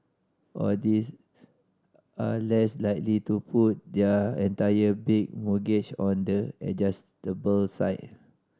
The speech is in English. or these are less likely to put their entire big mortgage on the adjustable side